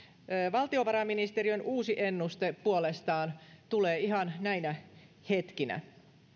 valtiovarainministeriön uusi ennuste puolestaan tulee ihan näinä hetkinä